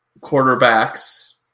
quarterbacks